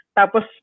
tapos